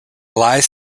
lies